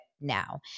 now